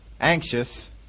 anxious